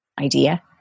idea